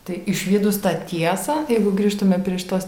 tai išvydus tą tiesą jeigu grįžtume prie šitos